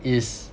is